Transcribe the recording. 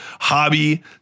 hobby